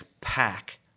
pack